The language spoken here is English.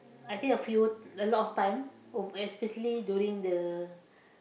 I think a few a lot of time uh especially during the